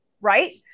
Right